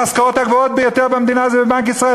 המשכורות הגבוהות ביותר במדינה הן בבנק ישראל.